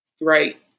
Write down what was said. right